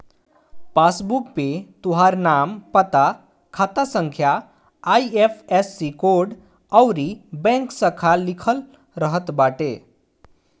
passbook पे तोहार नाम, पता, खाता संख्या, आई.एफ.एस.सी कोड अउरी बैंक शाखा लिखल रहत बाटे